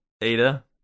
Ada